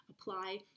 apply